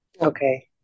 Okay